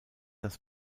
das